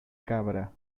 cabra